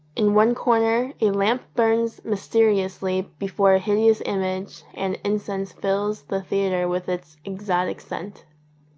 in one corner a lamp burns mysteriously before a hideous image and incense fills the theatre with its exotic scent.